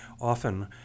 often